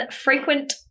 frequent